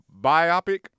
biopic